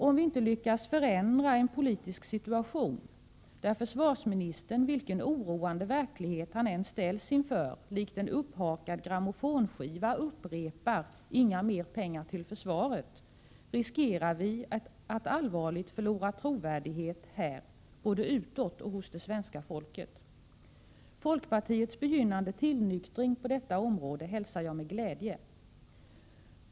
Om vi inte lyckas förändra en politisk situation där försvarsministern, vilken oroande verklighet han än ställs inför, likt en upphakad grammofonskiva upprepar ”inga mer pengar till försvaret” riskerar vi att allvarligt förlora trovärdighet här, både utåt och hos det svenska folket. Folkpartiets begynnande tillnyktring på detta område hälsar jag med glädje.